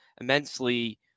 immensely